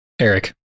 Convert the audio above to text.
eric